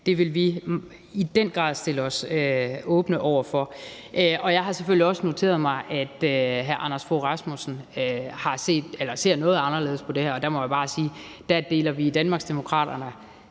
Det vil vi i den grad stille os åbne over for. Og jeg har selvfølgelig også noteret mig, at hr. Anders Fogh Rasmussen ser noget anderledes på det her. Og der må jeg bare sige, at vi i Danmarksdemokraterne